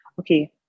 Okay